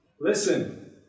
Listen